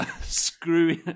screw